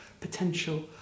potential